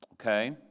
Okay